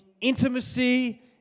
intimacy